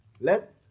let